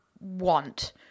want